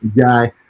guy